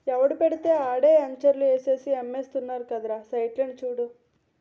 ఎవడు పెడితే ఆడే ఎంచర్లు ఏసేసి అమ్మేస్తున్నారురా సైట్లని చూడు